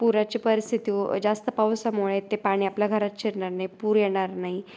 पुराची परिस्थिती जास्त पावसामुळे ते पाणी आपल्या घरात शिरणार नाही पुूर येणार नाही